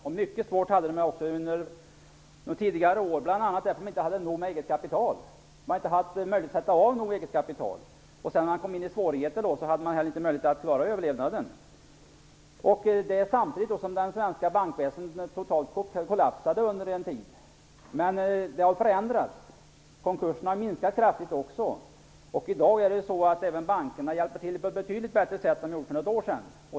De hade det också mycket svårt under tidigare år, bl.a. därför att de inte hade nog med eget kapital. De har inte haft möjlighet att sätta av eget kapital. När de sedan råkade i svårigheter hade de heller inte möjligheter att klara överlevnaden. Samtidigt kollapsade det svenska bankväsendet under en tid. Men läget har förändrats. Konkurserna minskar kraftigt, och bankerna hjälper i dag till på ett betydligt bättre sätt än vad de gjorde för något år sedan.